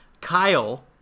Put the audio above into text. Kyle